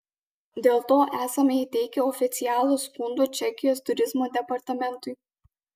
dėl to esame įteikę oficialių skundų čekijos turizmo departamentui